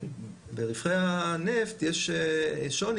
ברווחי הנפט יש שוני,